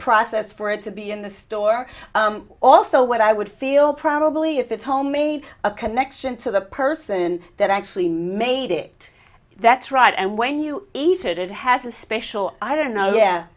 process for it to be in the store also what i would feel probably if it's homemade a connection to the person that actually made it that's right and when you eat it it has a special i don't know ye